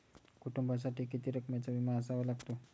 कुटुंबासाठी किती रकमेचा विमा असावा लागतो?